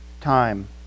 time